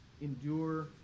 endure